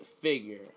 figure